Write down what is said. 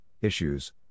issues